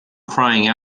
crying